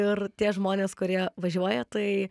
ir tie žmonės kurie važiuoja tai